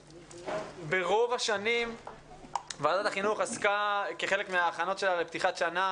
ברוב השנים ועדת החינוך עסקה כחלק מההכנות שלה לפתיחת שנה